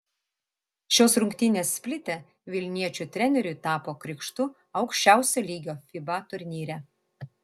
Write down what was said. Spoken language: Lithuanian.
šios rungtynės splite vilniečių treneriui tapo krikštu aukščiausio lygio fiba turnyre